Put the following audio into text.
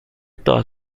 todas